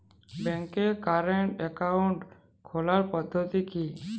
ব্যাংকে current account খোলার পদ্ধতি কি?